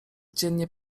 dziennie